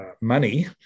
money